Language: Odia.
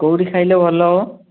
କେଉଁଠି ଖାଇଲେ ଭଲହେବ